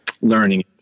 learning